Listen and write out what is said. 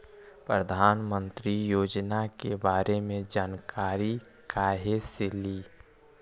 प्रधानमंत्री योजना के बारे मे जानकारी काहे से ली?